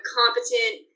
competent